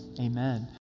Amen